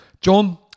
John